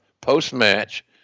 post-match